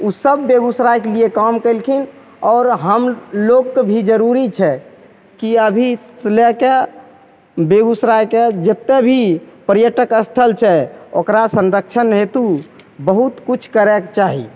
ओसभ बेगूसरायके लिए काम कएलखिन आओर हमलोकके भी जरूरी छै कि अभीसे लैके बेगूसरायके जतेक भी पर्यटक अस्थल छै ओकरा संरक्षण हेतु बहुत किछु करैके चाही